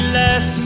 less